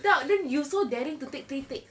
tak then you so daring to take three takes